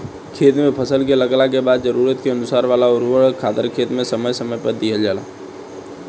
खेत में फसल के लागला के बाद जरूरत के अनुसार वाला उर्वरक खादर खेत में समय समय पर दिहल जाला